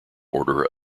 order